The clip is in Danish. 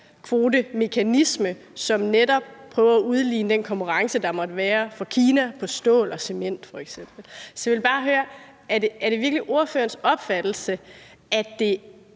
CO2-kvotemekanisme, som netop prøver at udligne den konkurrence, der måtte være fra Kina i forhold til f.eks. stål og cement. Så jeg vil bare høre, om det virkelig er ordførerens opfattelse, at det